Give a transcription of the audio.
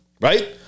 right